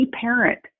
parent